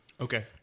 okay